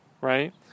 right